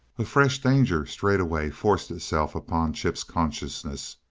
a fresh danger straightway forced itself upon chip's consciousness.